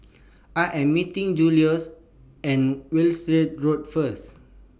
I Am meeting Julio At Wiltshire Road First